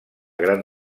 gran